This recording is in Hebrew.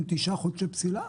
עם תשעה חודשי פסילה?